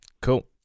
Cool